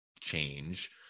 change